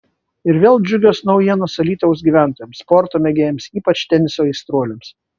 ir vėl džiugios naujienos alytaus gyventojams sporto mėgėjams ypač teniso aistruoliams